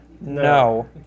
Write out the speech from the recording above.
no